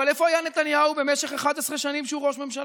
אבל איפה היה נתניהו במשך 11 שנים שהוא ראש הממשלה?